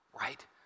right